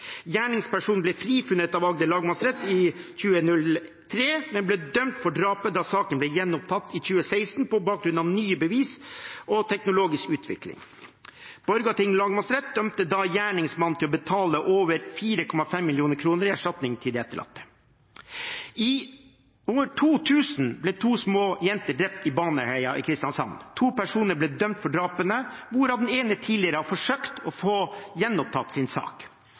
Gjerningspersonen ble frifunnet av Agder lagmannsrett i 2003, men ble dømt for drapet da saken ble gjenopptatt i 2016 på bakgrunn av nye bevis og teknologisk utvikling. Borgarting lagmannsrett dømte da gjerningsmannen til å betale over 4,5 mill. kr i erstatning til de etterlatte. I år 2000 ble to små jenter drept i Baneheia i Kristiansand. To personer ble dømt for drapene, hvorav den ene tidligere har forsøkt å få gjenopptatt sin sak.